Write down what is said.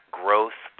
growth